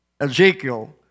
Ezekiel